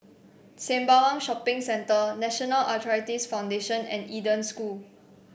Sembawang Shopping Centre National Arthritis Foundation and Eden School